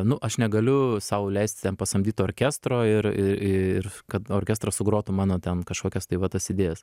nu aš negaliu sau leist ten pasamdyt orkestro ir ir ir kad orkestras sugrotų mano ten kažkokias tai va tas idėjas